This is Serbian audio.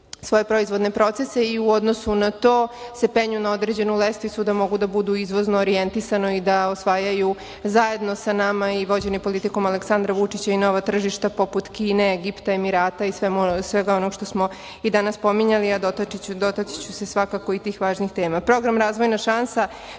svoje proizvodne procese i u odnosu na to se penju na određenu lestvicu da mogu da budu izvozno orjentisani i da osvajaju zajedno sa nama i vođeni politikom Aleksandra Vučića i nova tržišta poput Kine, Egipta, Emirata i svega onoga što smo i danas pominjali, a dotaći ću se svakako i tih važnih